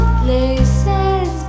places